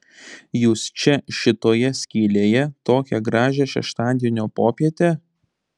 jūs čia šitoje skylėje tokią gražią šeštadienio popietę